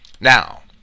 now